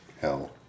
hell